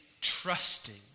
trusting